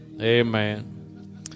Amen